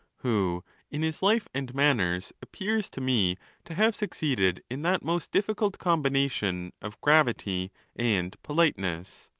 who in his life and manners appears to me to have succeeded in that most difficult combination of gravity and politeness.